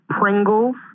Pringles